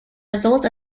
result